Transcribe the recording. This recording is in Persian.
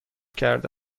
کرده